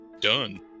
Done